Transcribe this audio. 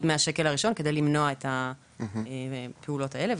מהשקל הראשון כדי למנוע את הפעולות האלה.